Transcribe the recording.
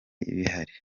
bihari